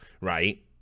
right